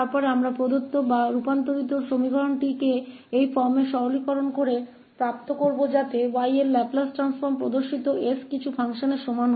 और फिर हम दिए गए या रूपांतरित समीकरण को इस रूप में सरल बनाकर प्राप्त करेंगे ताकि y का लैपलेस ट्रांसफॉर्म 𝑠 के कुछ फ़ंक्शन के बराबर हो